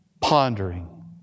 pondering